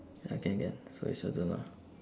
ah can can so it's shorter lah